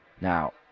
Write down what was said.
Now